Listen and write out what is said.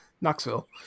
Knoxville